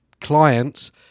clients